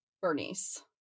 Bernice